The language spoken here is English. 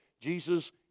Jesus